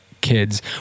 kids